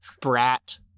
brat